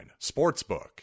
sportsbook